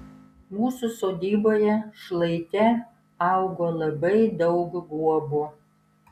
mūsų sodyboje šlaite augo labai daug guobų